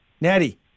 Natty